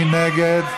מי נגד?